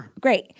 Great